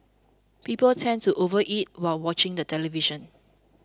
people tend to overeat while watching the television